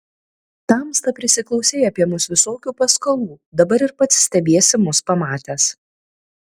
tamsta prisiklausei apie mus visokių paskalų dabar ir pats stebiesi mus pamatęs